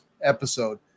episode